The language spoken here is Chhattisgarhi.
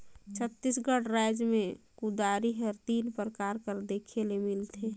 छत्तीसगढ़ राएज मे कुदारी हर तीन परकार कर देखे ले मिलथे